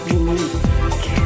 unique